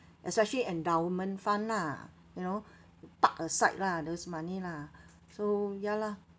especially endowment fund lah you know park aside round money lah so ya lah